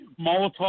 Molotov